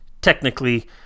technically